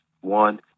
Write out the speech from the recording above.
one